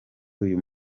uyu